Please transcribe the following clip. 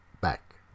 back